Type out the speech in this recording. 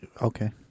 Okay